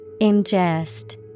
Ingest